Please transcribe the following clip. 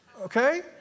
Okay